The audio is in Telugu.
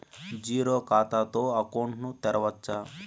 జీరో ఖాతా తో అకౌంట్ ను తెరవచ్చా?